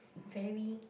very